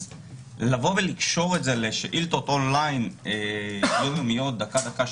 אז לבוא ולקשור את זה לשאילתות און-ליין יום-יומיות דקה-דקה,